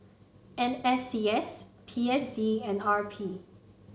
N S C S P S C and R P